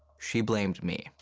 she blamed me.